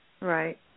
Right